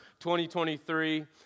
2023